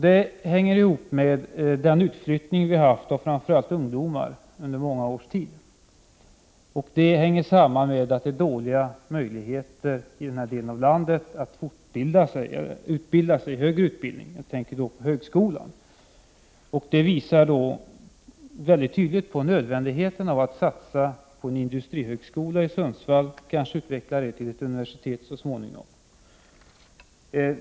Den hänger samman med den utflyttning av framför allt ungdomar som förekommit under många års tid. Denna utflyttning hänger i sin tur samman med att möjligheterna att fortbilda sig, att genomgå högre utbildning, i denna del av landet är dåliga. Jag tänker då på högskolan. Det första jag vill peka på är nödvändigheten av att satsa på en industrihögskola i Sundsvall och kanske så småningom utveckla den till ett universitet.